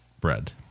bread